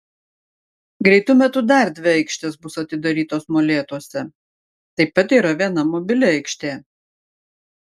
greitu metu dar dvi aikštės bus atidarytos molėtuose taip pat yra viena mobili aikštė